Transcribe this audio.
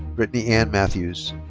brittney ann matthews.